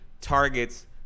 targets